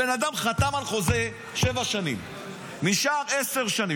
הבן אדם חתם על חוזה, שבע שנים, נשאר עשר שנים.